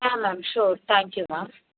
yeah ma'am sure thank you ma'am